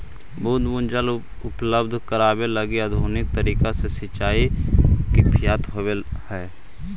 बूंद बूंद जल उपलब्ध करावे लगी आधुनिक तरीका से सिंचाई किफायती होवऽ हइ